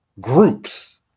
groups